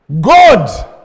God